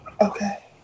Okay